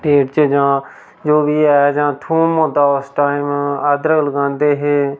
date च जां जो बी ऐ जां थूम होंदा उस टाईम अदरक लगांदे हे